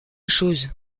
chose